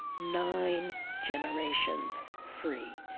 nine generations free.